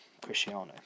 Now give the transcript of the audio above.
Cristiano